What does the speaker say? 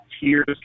tears